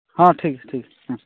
ᱦᱮᱸ ᱴᱷᱤᱠ ᱴᱷᱤᱠ ᱦᱮᱸ